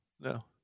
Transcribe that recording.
no